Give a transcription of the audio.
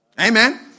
Amen